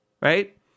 right